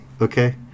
okay